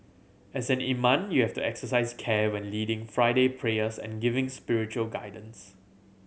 as an imam you have to exercise care when leading Friday prayers and giving spiritual guidance